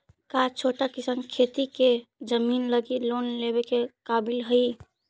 का छोटा किसान खेती के जमीन लगी लोन लेवे के काबिल हई?